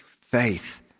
faith